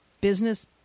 business